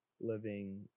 living